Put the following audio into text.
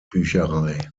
bücherei